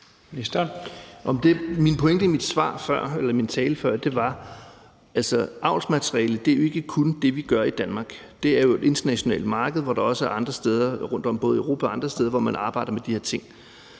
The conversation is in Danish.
Min pointe i min tale før var, at når det gælder avlsmaterialet, handler det jo ikke kun om det, vi gør i Danmark. Det er jo et internationalt marked, og der er også andre lande både i Europa og andre steder, hvor man arbejder med de her ting.